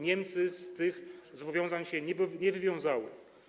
Niemcy z tych zobowiązań się nie wywiązały.